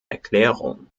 erklärung